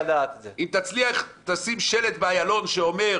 --- אם תשים שלט באיילון שאומר